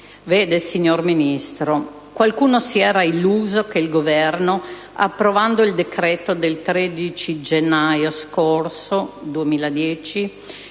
Vede, signor Ministro, qualcuno si era illuso che il Governo, approvando il decreto del 13 gennaio 2010